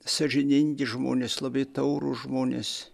sąžiningi žmonės labai taurūs žmonės